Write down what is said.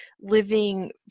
living